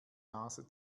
nase